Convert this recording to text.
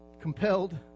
compelled